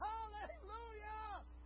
Hallelujah